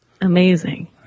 Amazing